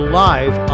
live